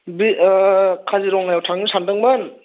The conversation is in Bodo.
बे काजिरङायाव थांनो सान्दोंमोन